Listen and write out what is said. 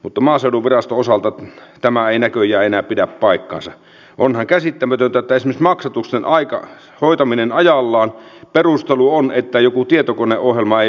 utu maaseudun veden osalta tämä aina kulje enää pidä paikkaansa on käsittämätöntä tehnyt maksatuksen aika hoitaminen ajallaan perustelu on että joku tietokoneohjelma ei